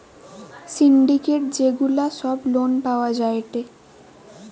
syndicate যে গুলা সব লোন পাওয়া যায়টে